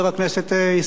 בבקשה,